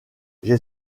j’ai